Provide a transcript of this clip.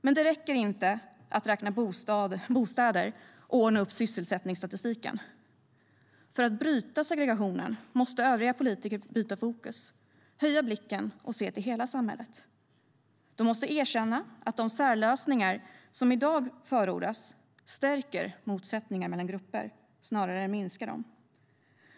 Men det räcker inte att räkna bostäder och ordna upp sysselsättningsstatistiken. För att bryta segregationen måste övriga politiker byta fokus, höja blicken och se till hela samhället. De måste erkänna att de särlösningar som i dag förordas stärker motsättningar mellan grupper snarare än minskar dem.